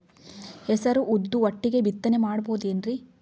ಹೆಸರು ಉದ್ದು ಒಟ್ಟಿಗೆ ಬಿತ್ತನೆ ಮಾಡಬೋದೇನ್ರಿ?